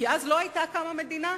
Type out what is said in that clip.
כי אז לא היתה קמה מדינה,